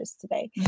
today